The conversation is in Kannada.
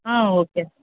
ಹಾಂ ಓಕೆ